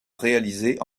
réalisées